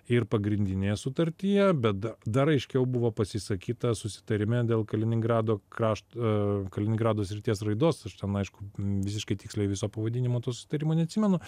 ir pagrindinėje sutartyje bet dar aiškiau buvo pasisakyta susitarime dėl kaliningrado krašto kaliningrado srities raidos ten aišku visiškai tiksliai viso pavadinimo to susitarimo neatsimenu